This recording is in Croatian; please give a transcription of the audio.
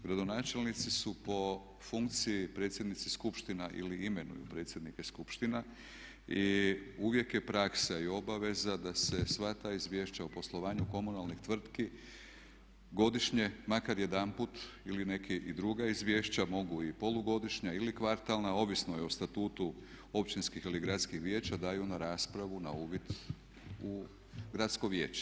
Gradonačelnici su po funkciji predsjednici skupština ili imenuju predsjednike skupština i uvijek je praksa i obaveza da se sva ta izvješća o poslovanju komunalnih tvrtki godišnje makar jedanput ili i neka druga izvješća mogu i polugodišnja ili kvartalna ovisno je o statutu općinskih ili gradskih vijeća daju na raspravu na uvid u Gradsko vijeće.